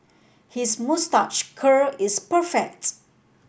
his moustache curl is perfect